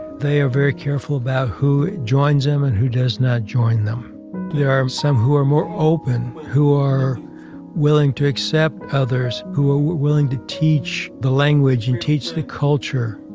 they are very careful about who joins them and who does not join them there are some who are more open who are willing to accept others and are willing to teach the language and teach the culture.